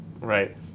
right